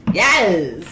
yes